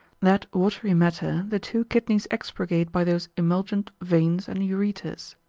that watery matter the two kidneys expurgate by those emulgent veins and ureters.